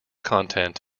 content